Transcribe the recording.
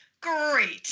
great